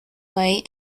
way